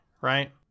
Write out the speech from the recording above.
right